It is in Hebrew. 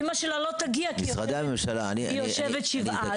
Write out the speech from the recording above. אמא שלה לא תגיע כי היא יושבת שבעה.